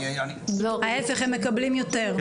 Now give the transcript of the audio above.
ההיפך, הם מקבלים יותר.